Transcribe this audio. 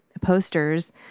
posters